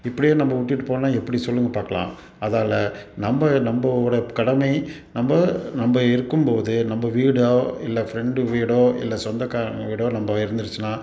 இப்படியே நம்ம விட்டுட்டு போனால் எப்படி சொல்லுங்க பார்க்கலாம் அதால் நம்ம நம்மளோட கடமை நம்ம நம்ம இருக்கும் போது நம்ம வீடோ இல்லை ஃப்ரெண்டு வீடோ இல்லை சொந்தக்காரங்கள் வீடோ நம்ம இருந்துருச்சுனா